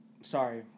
sorry